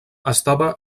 estava